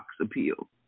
appeal